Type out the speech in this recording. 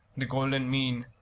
the golden mean.